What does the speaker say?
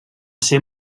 ser